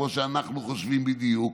כמו שאנחנו חושבים בדיוק.